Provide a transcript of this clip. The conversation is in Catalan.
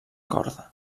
corda